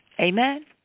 Amen